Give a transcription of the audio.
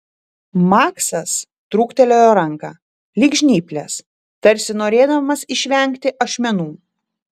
maksas trūktelėjo ranką lyg žnyples tarsi norėdamas išvengti ašmenų